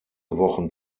wochen